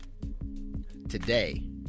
today